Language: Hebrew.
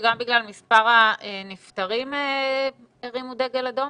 שגם וגם מספר הנפטרים הרימו דגל אדום?